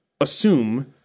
assume